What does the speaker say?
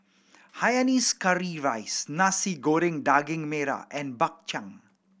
hainanese curry rice Nasi Goreng Daging Merah and Bak Chang